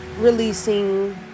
releasing